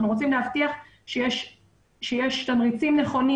אנחנו רוצים להבטיח שיש תמריצים נכונים.